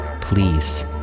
Please